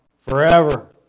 forever